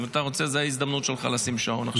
אם אתה רוצה זו ההזדמנות שלך לשים שעון עכשיו.